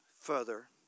further